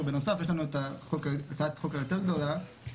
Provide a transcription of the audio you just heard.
ובנוסף יש לנו את הצעת החוק הגדולה יותר שעברה